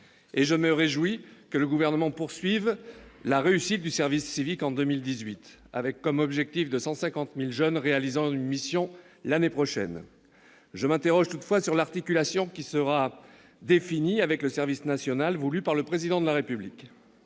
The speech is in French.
et je me réjouis que le Gouvernement poursuive dans la réussite du service civique en 2018, avec un objectif de 150 000 jeunes réalisant une mission l'an prochain. Je m'interroge toutefois sur l'articulation qui sera définie avec le service national voulu par le Président de la République.